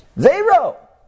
Zero